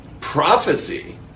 prophecy